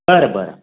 बरं बरं